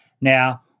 Now